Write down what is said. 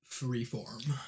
freeform